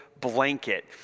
blanket